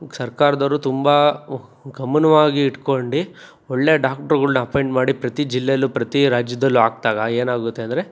ಸರ್ಕಾರದವ್ರು ತುಂಬ ಗಮನವಾಗಿ ಇಟ್ಕೊಂಡು ಒಳ್ಳೆ ಡಾಕ್ಟರ್ಗಳ್ನ ಅಪಾಯಿಂಟ್ ಮಾಡಿ ಪ್ರತಿ ಜಿಲ್ಲೆಯಲ್ಲು ಪ್ರತಿ ರಾಜ್ಯದಲ್ಲು ಹಾಕ್ದಾಗ ಏನಾಗುತ್ತೆ ಅಂದರೆ